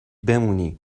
بمونی